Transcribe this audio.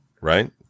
right